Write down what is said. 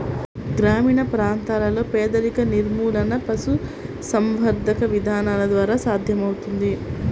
గ్రామీణ ప్రాంతాలలో పేదరిక నిర్మూలన పశుసంవర్ధక విధానాల ద్వారా సాధ్యమవుతుంది